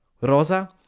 Rosa